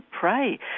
pray